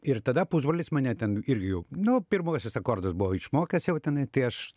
ir tada pusbrolis mane ten irgi jau nu pirmuosius akordus buvo išmokęs jau tenai tai aš